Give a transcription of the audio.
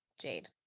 Jade